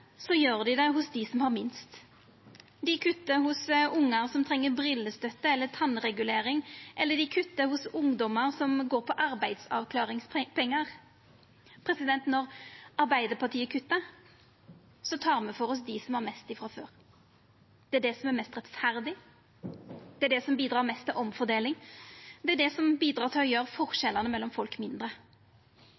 så tek me for oss dei som har mest frå før. Det er det som er mest rettferdig, det er det som bidreg mest til omfordeling, og det er det som bidreg til å